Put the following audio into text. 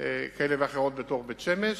בתוך בית-שמש.